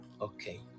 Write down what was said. Okay